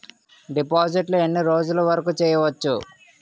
డిపాజిట్లు ఎన్ని రోజులు వరుకు చెయ్యవచ్చు?